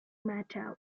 matter